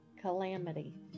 calamity